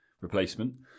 replacement